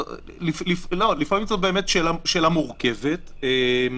לפעמים זו שאלה מורכבת באמת.